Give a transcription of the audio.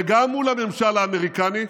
וגם מול הממשל האמריקני,